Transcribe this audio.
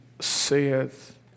saith